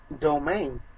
domain